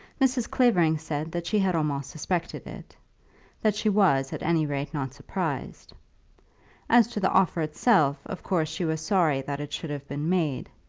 mrs. clavering said that she had almost suspected it that she was at any rate not surprised as to the offer itself, of course she was sorry that it should have been made,